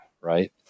right